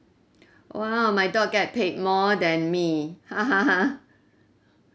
!wow! my dog get paid more than me